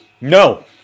No